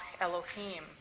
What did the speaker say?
Elohim